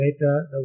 Later